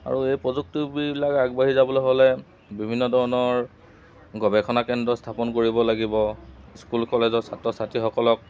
আৰু এই প্ৰযুক্তিবিলাক আগবাঢ়ি যাবলৈ হ'লে বিভিন্ন ধৰণৰ গৱেষণা কেন্দ্ৰ স্থাপন কৰিব লাগিব স্কুল কলেজৰ ছাত্ৰ ছাত্ৰীসকলক